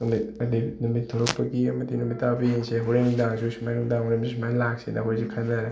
ꯅꯨꯃꯤꯠ ꯍꯥꯏꯗꯤ ꯅꯨꯃꯤꯠ ꯊꯣꯛꯂꯛꯄꯒꯤ ꯑꯃꯗꯤ ꯅꯨꯃꯤꯠ ꯇꯥꯕ ꯌꯦꯡꯁꯦ ꯍꯣꯔꯦꯟ ꯅꯨꯡꯗꯥꯡꯁꯨ ꯍꯣꯔꯦꯟ ꯅꯨꯡꯗꯥꯡ ꯋꯥꯏꯔꯝꯁꯨ ꯁꯨꯃꯥꯏꯅ ꯂꯥꯛꯁꯦꯅ ꯑꯩꯈꯣꯏꯁꯤ ꯈꯟꯅꯔꯦ